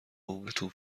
عمرتون